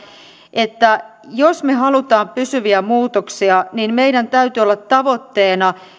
että jos me haluamme pysyviä muutoksia niin meillä täytyy olla tavoitteena